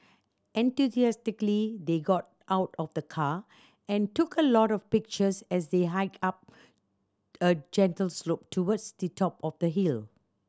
enthusiastically they got out of the car and took a lot of pictures as they hiked up a gentle slope towards the top of the hill